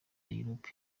nairobi